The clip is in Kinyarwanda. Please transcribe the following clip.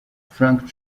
frankie